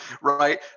right